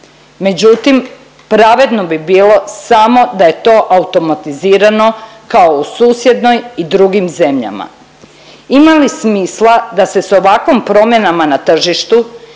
međutim pravedno bi bilo samo da je to automatizirano kao u susjednoj i drugim zemljama. Ima li smisla da se s ovakvim promjenama na tržištu